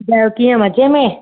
ॿुधायो कीअं मज़े में